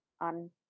on